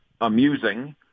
amusing